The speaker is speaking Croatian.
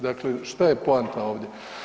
Dakle, šta je poanta ovdje.